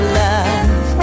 love